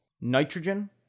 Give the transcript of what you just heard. nitrogen